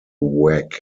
whack